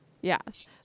Yes